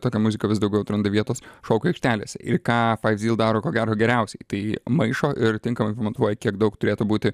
tokia muzika vis daugiau atranda vietos šokių aikštelėse ir ką faiv zyl daro ko gero geriausiai tai maišo ir tinkamai pamatruoji kiek daug turėtų būti